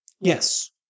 yes